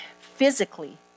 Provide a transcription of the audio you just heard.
Physically